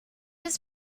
his